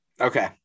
Okay